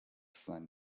seinen